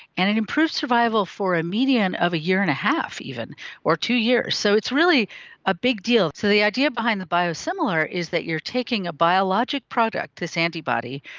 and it improves survival for a median of a year and a half even or two years. so it's really a big deal. so the idea behind the biosimilar is that you are taking a biologic product, this antibody,